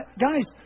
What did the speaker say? Guys